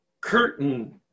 curtain